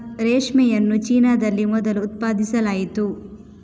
ರೇಷ್ಮೆಯನ್ನು ಚೀನಾದಲ್ಲಿ ಮೊದಲು ಉತ್ಪಾದಿಸಲಾಯಿತು